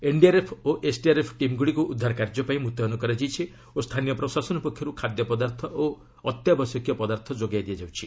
NDRF ଓ SDRF ଟିମ୍ଗୁଡ଼ିକୁ ଉଦ୍ଧାର କାର୍ଯ୍ୟପାଇଁ ମୁତୟନ କରାଯାଇଛି ଓ ସ୍ଥାନୀୟ ପ୍ରଶାସନ ପକ୍ଷରୁ ଖାଦ୍ୟପଦାର୍ଥ ଓ ଅତ୍ୟାବଶ୍ୟକ ପଦାର୍ଥ ଯୋଗାଇ ଦିଆଯାଉଛି